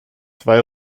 zwei